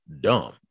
Dumb